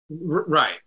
Right